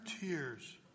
tears